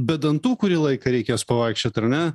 be dantų kurį laiką reikės pavaikščiot ar ne